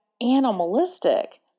animalistic